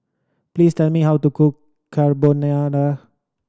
please tell me how to cook Carbonara